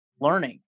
learning